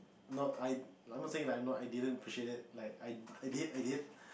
not I'm not saying like I'm not I didn't appreciate it like I did I did